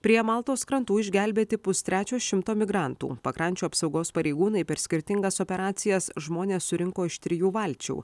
prie maltos krantų išgelbėti pustrečio šimto migrantų pakrančių apsaugos pareigūnai per skirtingas operacijas žmones surinko iš trijų valčių